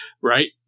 right